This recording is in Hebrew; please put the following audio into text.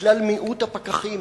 בגלל מיעוט הפקחים.